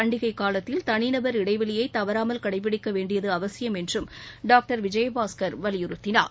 பண்டிகை காலத்தில் தனிநபர் இடைவெளியை தவறாமல் கடைபிடிக்க வேண்டியது அவசியம் என்றும் டாக்டர் விஜயபாஸ்கர் வலியுறுத்தினார்